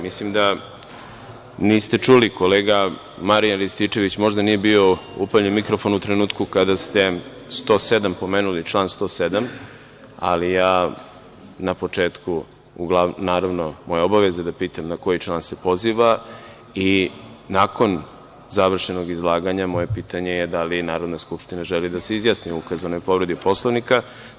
Mislim da niste čuli, kolega Marijan Rističević, možda nije bio upaljen mikrofon u trenutku kada ste pomenuli član 107, ali ja na početku, uglavnom, moja obaveza je da pitam na koji član se poziva, i nakon završenog izlaganja moje pitanje je da li Narodna skupština želi da se izjasni o ukazanoj povredi Poslovnika.